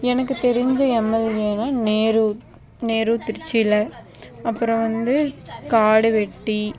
எனக்கு தெரிஞ்ச எம்எல்ஏன்னா நேரு நேரு திருச்சியில அப்புறம் வந்து காடுவெட்டி